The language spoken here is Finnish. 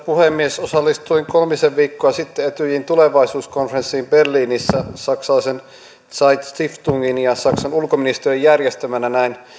puhemies osallistuin kolmisen viikkoa sitten etyjin tulevaisuuskonferenssiin berliinissä saksalaisen zeit stiftungin ja saksan ulkoministeriön järjestämänä näin